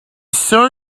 sure